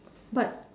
but